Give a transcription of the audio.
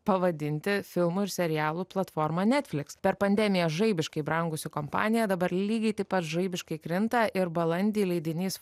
pavadinti filmų ir serialų platformą netflix per pandemiją žaibiškai brangusi kompanija dabar lygiai taip pat žaibiškai krinta ir balandį leidinys